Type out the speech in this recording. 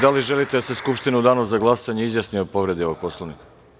Da li želite da se Skupština u danu za glasanje izjasni o povredi Poslovnika?